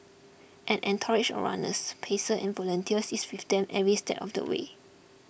an entourage of runners pacers and volunteers is with them every step of the way